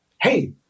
hey